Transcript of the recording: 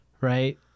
right